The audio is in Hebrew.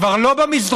כבר לא במסדרונו,